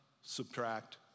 Subtract